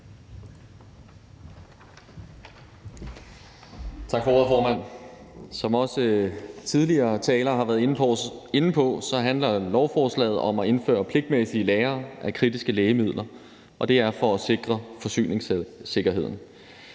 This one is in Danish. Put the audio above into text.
Tak for ordet, formand. Som også tidligere talere har været inde på, handler lovforslaget om at indføre pligtmæssige lagre af kritiske lægemidler, og det er for at sikre forsyningssikkerheden.